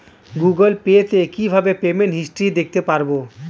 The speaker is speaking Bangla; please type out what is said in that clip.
গুগোল পে তে কিভাবে পেমেন্ট হিস্টরি দেখতে পারবো?